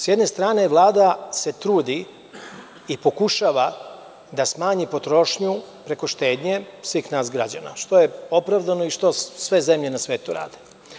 Sa jedne strane, Vlada se trudi i pokušava da smanji potrošnju preko štednje svih nas građana, što je opravdano i što sve zemlje na svetu rade.